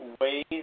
ways